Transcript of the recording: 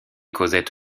cosette